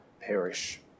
perish